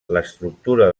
l’estructura